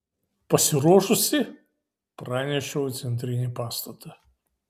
pasiruošusi pranešiau į centrinį pastatą